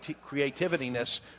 creativity-ness